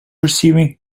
receiving